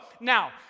now